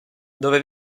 dove